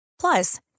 Plus